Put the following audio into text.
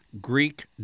Greek